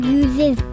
uses